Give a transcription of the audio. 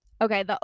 Okay